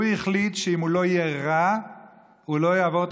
הוא החליט שאם הוא לא יהיה רע הוא לא יעבור את